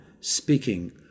speaking